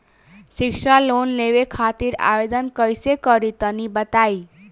शिक्षा लोन लेवे खातिर आवेदन कइसे करि तनि बताई?